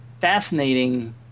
Fascinating